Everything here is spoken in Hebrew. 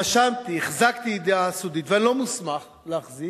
רשמתי, החזקתי ידיעה סודית ואני לא מוסמך להחזיק,